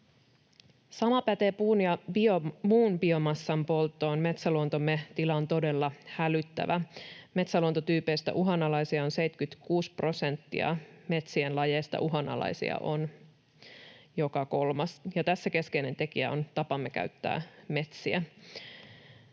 Sama pätee puun ja muun biomassan polttoon. Metsäluontomme tila on todella hälyttävä. Metsäluontotyypeistä uhanalaisia on 76 prosenttia, metsien lajeista uhanalaisia on joka kolmas, ja tässä keskeinen tekijä on tapamme käyttää metsiä.